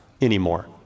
anymore